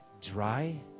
dry